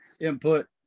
input